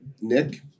Nick